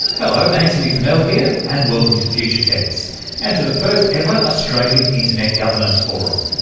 hello, antony funnell here and welcome to future tense and to the first ever australian internet governance forum.